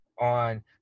on